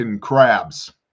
crabs